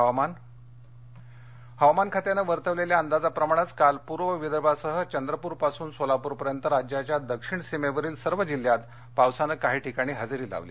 हवामान हवामान खात्यानं वर्तवलेल्या अंदाजाप्रमाणेच काल पूर्व विदर्भासह चंद्रपूरपासून सोलापूरपर्यंत राज्याच्या दक्षिण सीमेवरील सर्व जिल्ह्यात पावसानं काही ठिकाणी हजेरी लावली